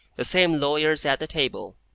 the same lawyers at the table,